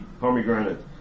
pomegranate